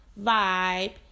vibe